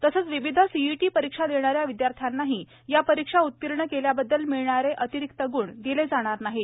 तसंच विविध सीईटी परीक्षा देणाऱ्या विदयार्थ्यांनाही या परीक्षा उत्तीर्ण केल्याबददल मिळणारे अतिरिक्त गूण दिले जाणार नाहीत